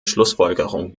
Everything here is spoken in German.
schlussfolgerung